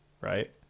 right